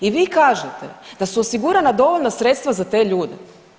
I vi kažete da su osigurana dovoljna sredstva za te ljude.